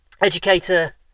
Educator